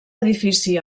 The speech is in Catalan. edifici